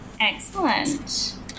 Excellent